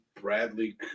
Bradley